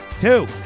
Two